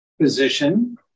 position